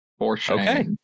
Okay